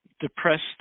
depressed